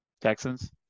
Texans